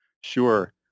Sure